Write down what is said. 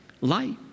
light